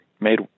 made